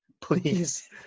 please